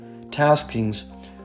taskings